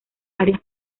áreas